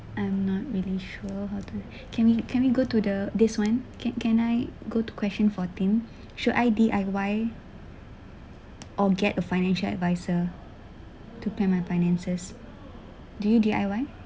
I'm not really sure how to can we can we go to the this one can can I go to question fourteen should I D_I_Y or get a financial adviser to pay my finances do you D_I_Y